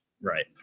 Right